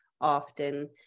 often